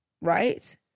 right